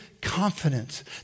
confidence